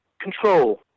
control